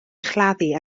chladdu